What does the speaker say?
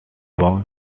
born